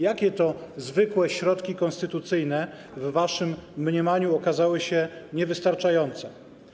Jakie to zwykłe środki konstytucyjne w waszym mniemaniu okazały się niewystarczające?